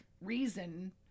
reason